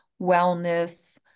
wellness